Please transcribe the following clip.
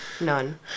None